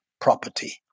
property